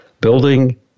building